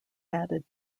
added